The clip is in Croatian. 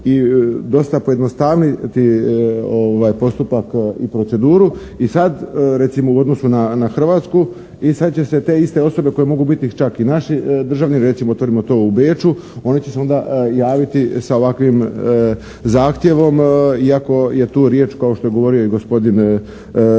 i dosta pojednostavniti postupak i proceduru. I sad, recimo, u odnosu na Hrvatsku i sad će se te iste osobe koje mogu biti čak i naši državni, recimo, otvorimo to u Beču, oni će se onda javiti sa ovakvim zahtjevom iako je tu riječ kao što je govorio i gospodin Vuljanić.